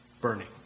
burning